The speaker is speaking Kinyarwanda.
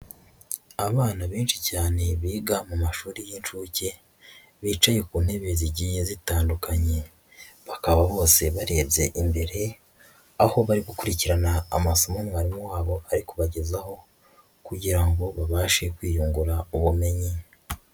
Abana benshi cyane biga mu mashuri y'incuke, bicaye ku ntebe zigiye zitandukanye, bakaba bose barebye imbere, aho bari gukurikirana amasomo mwarimu wabo ari kubagezaho, kugira ngo babashe kwiyungura ubumenyi.